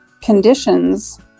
conditions